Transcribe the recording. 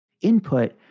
input